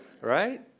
right